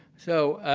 so,